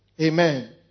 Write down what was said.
Amen